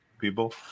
people